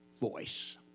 voice